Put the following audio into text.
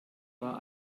war